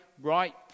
right